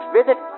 visit